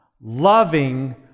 Loving